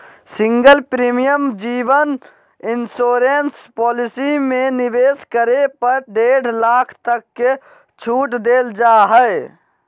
single premium जीवन insurance policy में निवेश करे पर डेढ़ लाख तक के छूट देल जा हइ